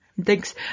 Thanks